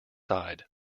side